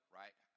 right